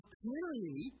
clearly